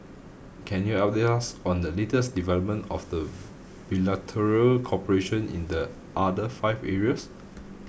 can you update us on the latest development of the bilateral cooperation in the other five areas